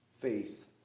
Faith